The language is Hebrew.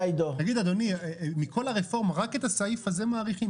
אדוני, מכל הרפורמה, רק את הסעיף הזה מאריכים?